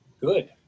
good